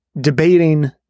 debating